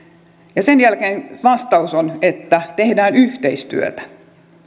ja sen jälkeen vastaus on että tehdään yhteistyötä